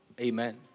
Amen